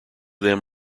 them